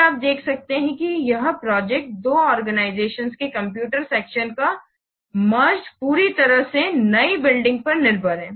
फिर आप देख सकते हैं कि यह प्रोजेक्ट दो ऑर्गनिज़तिओन्स के कंप्यूटर सेक्शंस का मेर्गेड पूरी तरह से नए बिल्डिंग पर निर्भर है